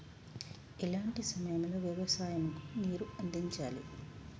ఎలాంటి సమయం లో వ్యవసాయము కు నీరు అందించాలి?